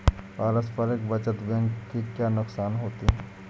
पारस्परिक बचत बैंक के क्या नुकसान होते हैं?